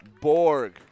Borg